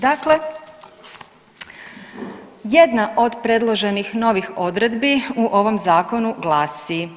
Dakle, jedna od predloženih novih odredbi u ovom zakonu glasi.